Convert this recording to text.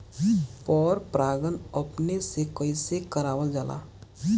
पर परागण अपने से कइसे करावल जाला?